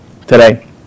today